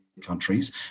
countries